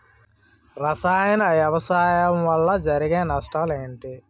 రసాయన వ్యవసాయం వల్ల జరిగే నష్టాలు ఏంటి?